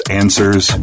answers